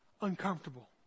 uncomfortable